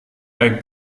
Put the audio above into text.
baik